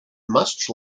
much